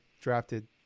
drafted